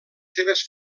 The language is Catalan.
seves